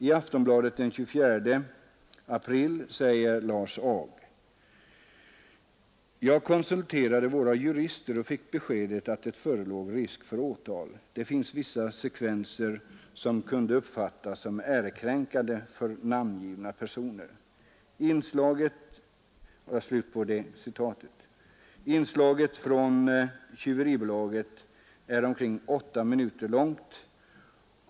I Aftonbladet för den 24 april säger Lars Ag: Jag konsulterade våra jurister och fick beskedet att det förelåg risk för åtal. Det finns vissa sekvenser som kunde uppfattas som ärekränkande för namngivna personer. Inslaget från ”Tjyveribolaget” är omkring åtta minuter långt.